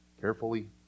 carefully